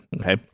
okay